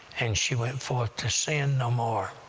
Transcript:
and she went forth to sin no more.